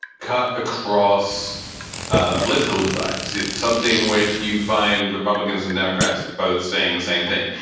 cut across and political divides. it's something which you find republicans and democrats both saying the same thing.